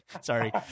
Sorry